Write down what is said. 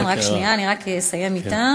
כן, רק שנייה, אני רק אסיים אתה.